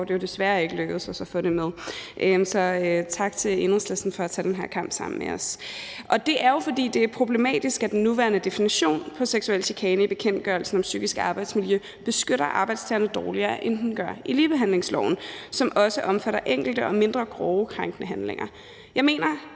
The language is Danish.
det desværre ikke lykkedes os at få det med. Så tak til Enhedslisten for at tage den her kamp sammen med os. Det er jo, fordi det er problematisk, at den nuværende definition på seksuel chikane i bekendtgørelsen om psykisk arbejdsmiljø beskytter arbejdstagerne dårligere, end den gør i ligebehandlingsloven, som også omfatter enkelte og mindre grove krænkende handlinger. Jeg mener